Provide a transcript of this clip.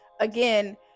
again